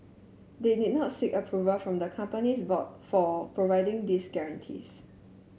they did not seek approval from the company's board for providing these guarantees